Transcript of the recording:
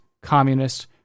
communist